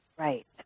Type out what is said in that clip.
Right